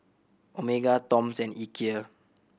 Omega Toms and Ikea